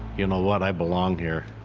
you know what? i belong here.